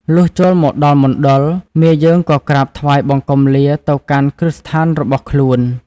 លុះចូលមកដល់មណ្ឌល មាយើងក៏ក្រាបថ្វាយបង្គំលាទៅកាន់គ្រឹះស្ថានរបស់ខ្លួន។